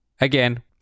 again